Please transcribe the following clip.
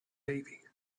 baby